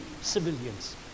civilians